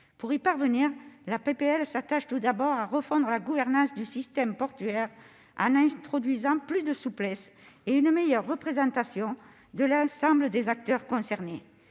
Pour y parvenir, le texte s'attache tout d'abord à refondre la gouvernance du système portuaire en introduisant plus de souplesse et une meilleure représentation de l'ensemble des acteurs concernés.